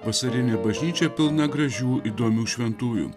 vasarinė bažnyčia pilna gražių įdomių šventųjų